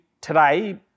today